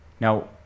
Now